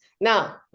now